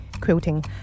Quilting